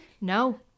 No